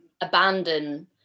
abandon